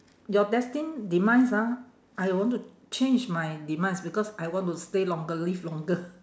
your destined demise ah I want to change my demise because I want to stay longer live longer